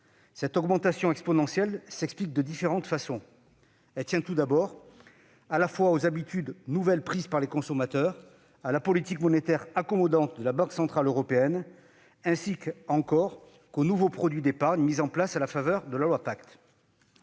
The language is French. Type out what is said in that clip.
Cette augmentation exponentielle s'explique de différentes façons. Elle tient tout à la fois aux habitudes nouvelles prises par les consommateurs, à la politique monétaire accommodante de la Banque centrale européenne et aux nouveaux produits d'épargne mis en place à la faveur de la loi Pacte.